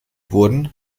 wurden